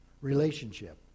relationship